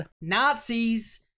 Nazis